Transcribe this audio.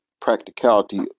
practicality